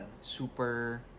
super